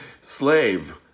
slave